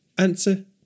Answer